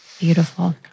Beautiful